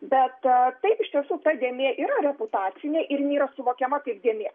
bet taip iš tiesų ta dėmė yra reputacinė ir jin yra suvokiama kaip dėmė